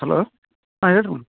hello ಹಾಂ ಹೇಳಿರಿ madam